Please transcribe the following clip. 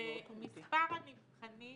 ומספר הנבחנים